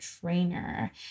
trainer